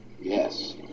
Yes